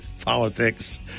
politics